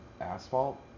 asphalt